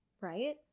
right